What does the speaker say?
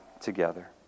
together